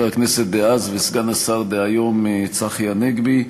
הכנסת דאז וסגן השר דהיום צחי הנגבי,